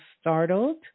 startled